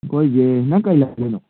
ꯑꯩꯈꯣꯏꯁꯦ ꯅꯪ ꯀꯩ ꯂꯝꯗꯩꯅꯣ